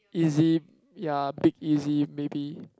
easy ya big easy baby